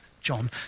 John